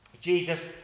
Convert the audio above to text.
Jesus